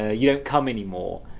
ah you don't come anymore.